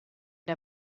der